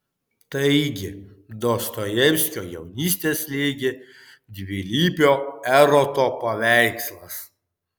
taigi dostojevskio jaunystę slėgė dvilypio eroto paveikslas